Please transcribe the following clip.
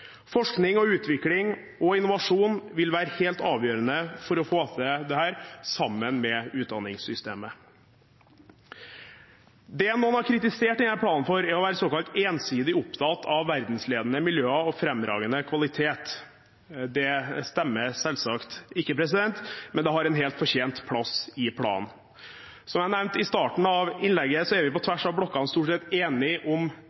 Forskning og utvikling og innovasjon vil være helt avgjørende for å forvalte dette sammen med utdanningssystemet. Det noen har kritisert denne planen for, er at den er såkalt ensidig opptatt av verdensledende miljøer og fremragende kvalitet. Det stemmer selvsagt ikke, men det har en helt fortjent plass i planen. Som jeg nevnte i starten av innlegget, er vi på tvers av blokkene stort sett enige om